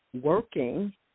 working